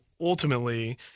ultimately